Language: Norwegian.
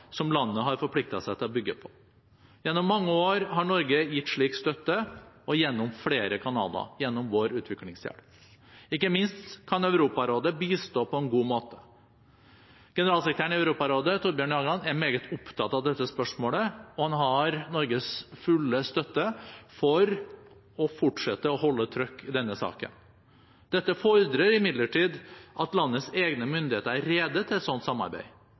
som landet har forpliktet seg til å bygge på. Gjennom mange år har Norge gitt slik støtte – og gjennom flere kanaler – gjennom vår utviklingshjelp. Ikke minst kan Europarådet bistå på en god måte. Generalsekretæren i Europarådet, Thorbjørn Jagland, er meget opptatt av dette spørsmålet, og han har Norges fulle støtte til å fortsette å holde «trøkket» i denne saken. Dette fordrer imidlertid at landets egne myndigheter er rede til et slikt samarbeid.